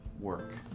work